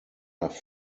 nach